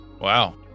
Wow